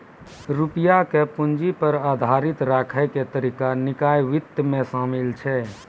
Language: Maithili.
रुपया के पूंजी पे आधारित राखै के तरीका निकाय वित्त मे शामिल छै